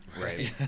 Right